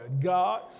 God